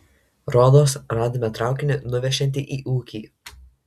rodos radome traukinį nuvešiantį į ūkį